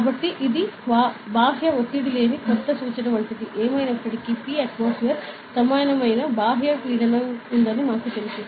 కాబట్టి ఇది బాహ్య ఒత్తిడి లేని కొత్త సూచన వంటిది ఏమైనప్పటికీ P atmosphere సమానమైన బాహ్య పీడనం ఉందని మాకు తెలుసు